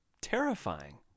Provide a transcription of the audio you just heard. terrifying